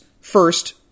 First